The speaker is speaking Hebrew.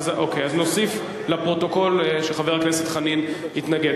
אוקיי, אז נוסיף לפרוטוקול שחבר הכנסת חנין התנגד.